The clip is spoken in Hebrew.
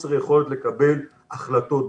וחוסר יכולת לקבל החלטות,